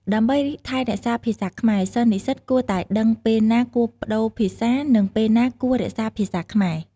ដើម្បីថែរក្សាភាសាខ្មែរ សិស្សនិស្សិតគួរតែដឹងពេលណាគួរប្ដូរភាសា និងពេលណាគួររក្សាភាសាខ្មែរ។